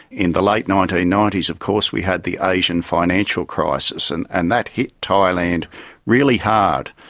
in the late nineteen ninety s of course we had the asian financial crisis, and and that hit thailand really hard,